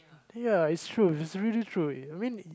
ya it's true it's really true I mean